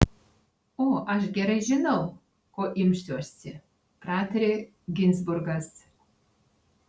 o aš gerai žinau ko imsiuosi pratarė ginzburgas